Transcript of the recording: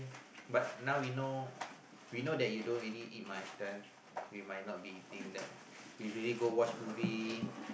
but now we know we know that you don't really eat much one we might not be eating then usually go watch movie